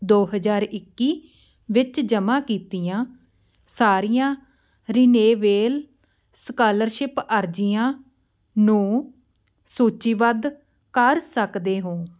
ਦੋ ਹਜ਼ਾਰ ਇੱਕੀ ਵਿੱਚ ਜਮ੍ਹਾਂ ਕੀਤੀਆਂ ਸਾਰੀਆਂ ਰਿਨਿਵੇਲ ਸਕਾਲਰਸ਼ਿਪ ਅਰਜ਼ੀਆਂ ਨੂੰ ਸੂਚੀਬੱਧ ਕਰ ਸਕਦੇ ਹੋ